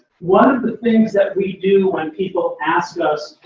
one of the things that we do when people ask us,